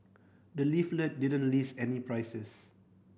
the leaflet didn't list any prices